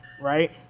Right